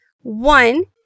One